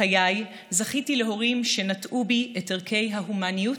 בחיי זכיתי להורים שנטעו בי את ערכי ההומניות,